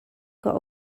got